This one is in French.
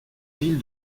ville